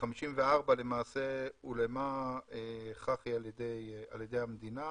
ב-54' הולאמה חח"י על ידי המדינה